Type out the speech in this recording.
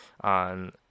on